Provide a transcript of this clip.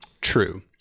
True